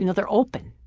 you know they're open.